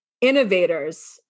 innovators